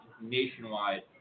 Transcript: nationwide